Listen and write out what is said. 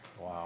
Wow